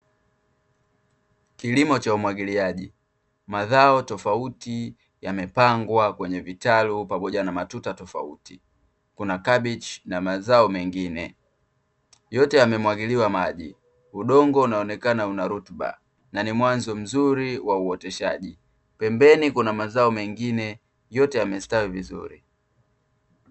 Kilimo cha umwagiliaji. Mazao tofauti yamepangwa kwenye vitalu pamoja na matuta tofauti. Kuna kabichi na mazao mengine. Yote yamemwagiliwa maji, udongo unaonekana una rutuba na ni mwanzo mzuri wa uoteshaji. Pembeni kuna mazao mengine, yote yamestawi vizuri.